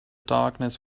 darkness